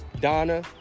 Donna